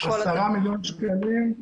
התהליך.